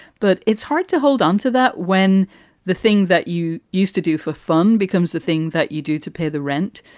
but it's hard to hold onto that when the thing that you used to do for fun becomes the thing that you do to pay the rent.